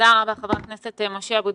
תודה רבה, חבר הכנסת משה אבוטבול.